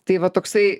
tai va toksai